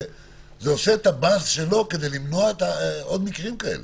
זה עושה את הבאז שלו כדי למנוע עוד מקרים כאלה.